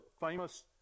famous